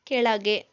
ಕೆಳಗೆ